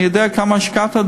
אני יודע כמה השקעת,